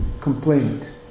complaint